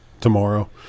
tomorrow